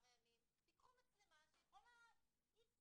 הימים קחו מצלמה שיכולה לשמור X ימים,